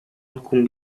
alcun